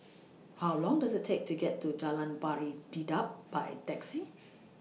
How Long Does IT Take to get to Jalan Pari Dedap By Taxi